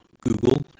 Google